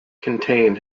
contain